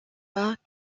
pas